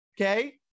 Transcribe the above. Okay